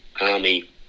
Army